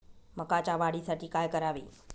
मकाच्या वाढीसाठी काय करावे?